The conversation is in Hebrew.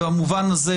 ובמובן הזה,